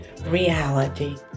reality